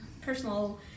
personal